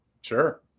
Sure